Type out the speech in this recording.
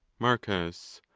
marcus.